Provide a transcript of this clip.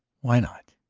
why not?